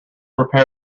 prepare